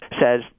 says